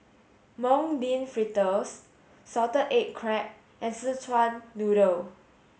mung bean fritters salted egg crab and Szechuan noodle